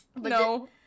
No